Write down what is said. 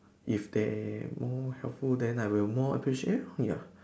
if they more helpful then I will more appreciate ya